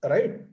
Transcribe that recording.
Right